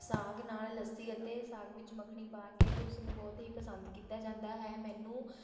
ਸਾਗ ਨਾਲ ਲੱਸੀ ਅਤੇ ਸਾਗ ਵਿੱਚ ਮੱਖਣੀ ਪਾ ਕੇ ਉਸਨੂੰ ਬਹੁਤ ਹੀ ਪਸੰਦ ਕੀਤਾ ਜਾਂਦਾ ਹੈ ਮੈਨੂੰ